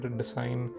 design